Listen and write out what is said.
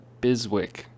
biswick